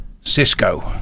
Cisco